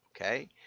Okay